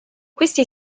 questi